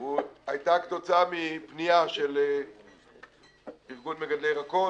הוא כתוצאה של פנייה של ארגון מגדלי ירקות